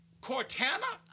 Cortana